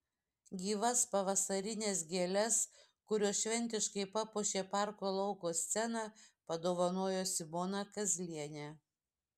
gyvas pavasarines gėles kurios šventiškai papuošė parko lauko sceną padovanojo simona kazlienė